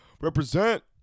Represent